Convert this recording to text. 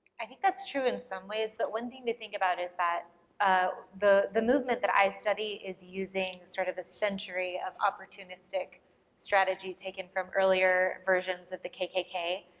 i think that's true in some ways, but one thing to think about is that ah the the movement that i study is using sort of a century of opportunistic strategy taken from earlier versions of the kkk,